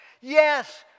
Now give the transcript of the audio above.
yes